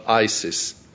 ISIS